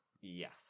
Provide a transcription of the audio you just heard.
Yes